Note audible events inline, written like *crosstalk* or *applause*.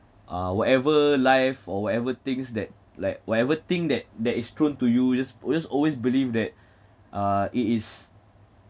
uh whatever life or whatever things that like whatever thing that that is thrown to you just always always believe that *breath* uh it is